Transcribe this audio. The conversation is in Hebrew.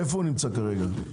איפה הוא נמצא כרגע?